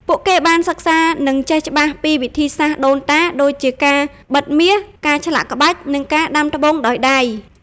ពួកគេបានសិក្សា និងចេះច្បាស់ពីវិធីសាស្ត្រដូនតា ដូចជាការបិតមាស ការឆ្លាក់ក្បាច់ និងការដាំត្បូងដោយដៃ។